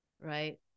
right